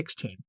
16